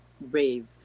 brave